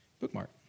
bookmark